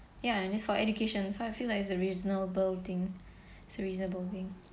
ya and it's for education so I feel like it's a reasonable thing it's a reasonable thing